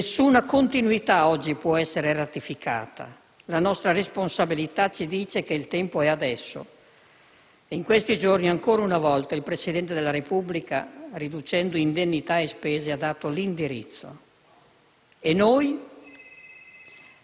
Nessuna continuità oggi può essere ratificata. La nostra responsabilità ci dice che il tempo è adesso. In questi giorni, ancora una volta, il Presidente della Repubblica, riducendo indennità e spese, ha dato l'indirizzo.